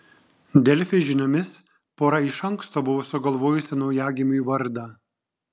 delfi žiniomis pora iš anksto buvo sugalvojusi naujagimiui vardą